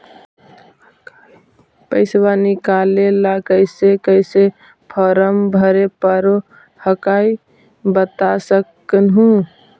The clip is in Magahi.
पैसा निकले ला कैसे कैसे फॉर्मा भरे परो हकाई बता सकनुह?